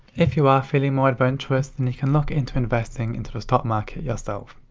if you are feeling more adventurous, then you can look into investing into the stock market yourself.